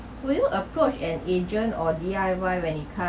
would you approach an agent or D_I_Y when it